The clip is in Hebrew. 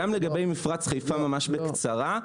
גם לגבי מפרץ חיפה ממש בקצרה,